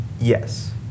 Yes